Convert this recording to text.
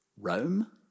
Rome